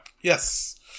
Yes